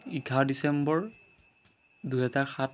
এঘাৰ ডিচেম্বৰ দুহেজাৰ সাত